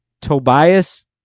Tobias